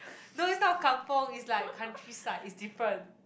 no it's not kampung is like countryside is different